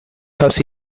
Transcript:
her